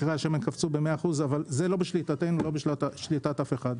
מחירי השמן קפצות ב-100% אבל זה לא בשליטתנו ולא בשליטת אף אחד.